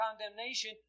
condemnation